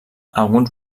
alguns